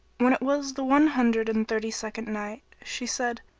when it was the one hundred and thirty-second night, she said,